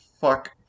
fuck